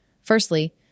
Firstly